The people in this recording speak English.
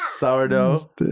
sourdough